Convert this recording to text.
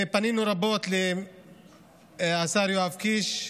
פנינו רבות לשר יואב קיש,